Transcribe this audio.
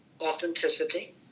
authenticity